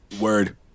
Word